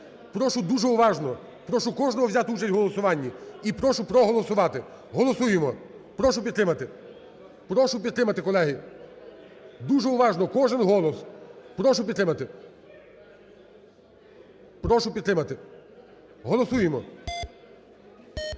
Прошу дуже уважно, прошу кожного взяти участь в голосуванні. І прошу проголосувати. Голосуємо. Прошу підтримати. Прошу підтримати, колеги. Дуже уважно, кожен голос. Прошу підтримати. Прошу підтримати, голосуємо.